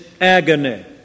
agony